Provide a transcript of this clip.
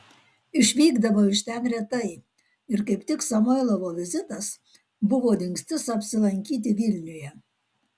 išvykdavo iš ten retai ir kaip tik samoilovo vizitas buvo dingstis apsilankyti vilniuje